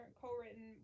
co-written